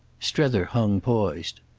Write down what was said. strether hung poised.